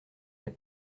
est